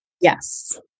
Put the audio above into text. Yes